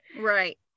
Right